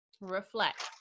reflect